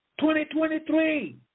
2023